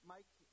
Mike